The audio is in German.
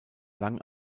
lang